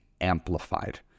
amplified